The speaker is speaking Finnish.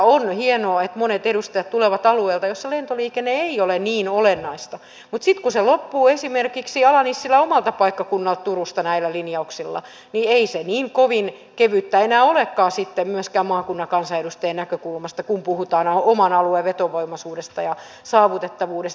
on hienoa että monet edustajat tulevat alueelta jossa lentoliikenne ei ole niin olennaista mutta sitten kun se loppuu esimerkiksi ala nissilän omalta paikkakunnalta turusta näillä linjauksilla niin ei se niin kovin kevyttä enää olekaan sitten myöskään maakunnan kansanedustajan näkökulmasta kun puhutaan oman alueen vetovoimaisuudesta ja saavutettavuudesta